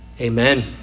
Amen